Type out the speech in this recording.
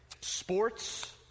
sports